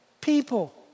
people